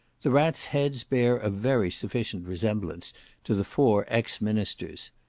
the rats' heads bear a very sufficient resemblance to the four ex-ministers.